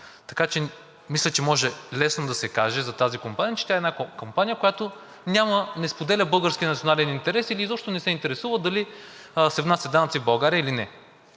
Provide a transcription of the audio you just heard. България. Мисля, че може лесно да се каже за тази компания, че тя е една компания, която не споделя българския национален интерес, или изобщо не се интересува дали се внасят данъци в България или не.